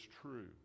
true